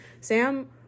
Sam